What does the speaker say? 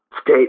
State